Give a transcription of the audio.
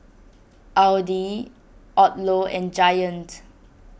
Audi Odlo and Giant